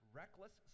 reckless